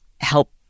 help